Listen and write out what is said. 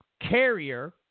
carrier